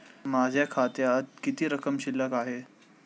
माझ्या खात्यात किती रक्कम शिल्लक आहे?